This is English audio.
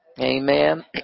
Amen